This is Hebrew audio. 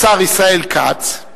השר ישראל כץ,